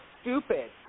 Stupid